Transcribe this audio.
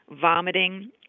vomiting